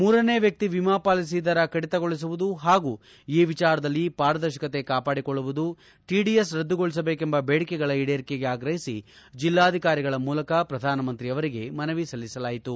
ಮೂರನೇ ವ್ಯಕ್ತಿ ವಿಮಾ ಪಾಲಿಸಿ ದರ ಕಡಿತಗೊಳಿಸುವುದು ಹಾಗೂ ಈ ವಿಚಾರದಲ್ಲಿ ಪಾರದರ್ಶಕತೆ ಕಾಪಾಡಿಕೊಳ್ಳುವುದು ಟಡಿಎಸ್ ರದ್ದುಗೊಳಸಬೇಕೆಂಬ ದೇಡಿಕೆಗಳ ಈಡೇರಿಕೆಗೆ ಆಗ್ರಹಿಸಿ ಜಿಲ್ಲಾಧಿಕಾರಿಗಳ ಮೂಲಕ ಶ್ರಧಾನಮಂತ್ರಿಯವರಿಗೆ ಮನವಿ ಸಲ್ಲಿಸಲಾಯಿತು